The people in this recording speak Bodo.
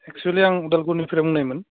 एक्सुलि आं उदालगुरिनिफ्राय बुंनायमोन